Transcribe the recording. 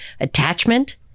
attachment